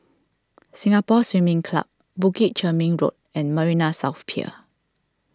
Singapore Swimming Club Bukit Chermin Road and Marina South Pier